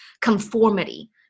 conformity